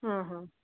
ಹ್ಞೂ ಹ್ಞೂ